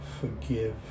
forgive